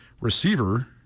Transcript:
receiver